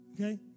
okay